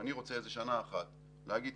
אני רוצה שנה אחת להגיד,